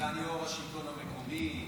סגן יו"ר השלטון המקומי.